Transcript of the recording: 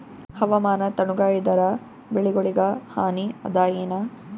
ಹವಾಮಾನ ತಣುಗ ಇದರ ಬೆಳೆಗೊಳಿಗ ಹಾನಿ ಅದಾಯೇನ?